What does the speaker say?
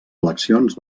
eleccions